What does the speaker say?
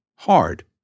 hard